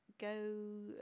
go